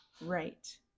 right